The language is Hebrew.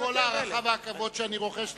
עם כל הערכה והכבוד שאני רוחש לאדוני,